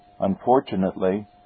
Unfortunately